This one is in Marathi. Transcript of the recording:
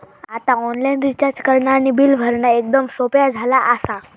आता ऑनलाईन रिचार्ज करणा आणि बिल भरणा एकदम सोप्या झाला आसा